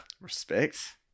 respect